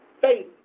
faith